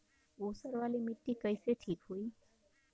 ऊसर वाली मिट्टी कईसे ठीक होई?